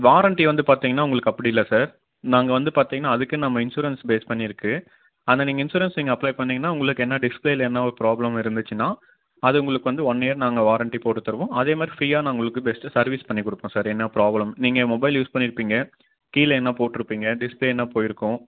warranty வந்து பார்த்தீங்கன்னா உங்களுக்கு அப்படி இல்லை சார் நாங்கள் வந்து பார்த்தீங்கன்னா அதுக்கு நம்ம இன்சூரன்ஸ் பேஸ் பண்ணி இருக்குது ஆனால் நீங்கள் இன்சூரன்ஸ் நீங்கள் அப்ளே பண்ணிங்கன்னால் உங்களுக்கு என்ன டிஸ்ப்ளேயில் என்ன ஒரு ப்ராப்ளம் இருந்துச்சுன்னால் அது உங்களுக்கு வந்து ஒன் இயர் நாங்கள் வாரண்ட்டி போட்டுத் தருவோம் அதே மாதிரி ஃப்ரீயா நான் உங்களுக்கு பெஸ்ட்டு சர்வீஸ் பண்ணிக் கொடுப்போம் சார் என்ன ப்ராப்ளம் நீங்கள் மொபைல் யூஸ் பண்ணிருப்பீங்கள் கீழே எங்கன்னா போட்டுருப்பீங்க டிஸ்ப்ளே என்ன போயிருக்கும்